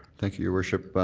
thank you, your worship.